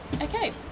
Okay